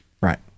Right